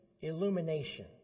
Illumination